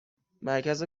مرکز